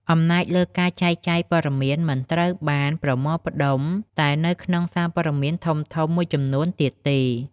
អំណាចលើការចែកចាយព័ត៌មានមិនត្រូវបានប្រមូលផ្តុំតែនៅក្នុងសារព័ត៌មានធំៗមួយចំនួនទៀតទេ។